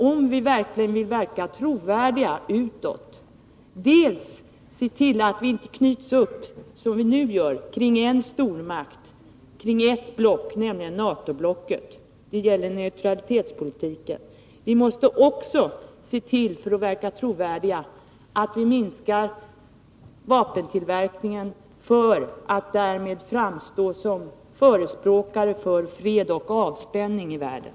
Om vi verkligen vill vara trovärdiga utåt, måste vi när det gäller neutralitetspolitiken se till att vi inte binds upp, som nu sker, kring ett block, nämligen NATO-blocket. Vi måste också, för att vara trovärdiga, se till att vi minskar vapentillverkningen och därmed framstår som förespråkare för fred och avspänning i världen.